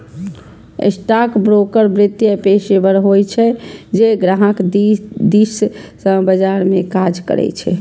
stockbroker वित्तीय पेशेवर होइ छै, जे ग्राहक दिस सं बाजार मे काज करै छै